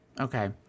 Okay